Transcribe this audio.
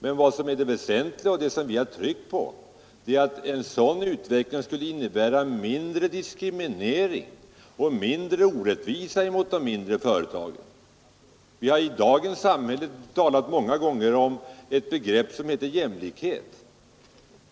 Men vad som är det väsentliga och det som vi har tryckt på är att en sådan utveckling skulle innebära mindre diskriminering och mindre orättvisa mot de mindre företagen. Det har i dagens samhälle talats många gånger om begreppet jämlikhet.